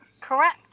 correct